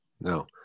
no